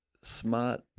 smart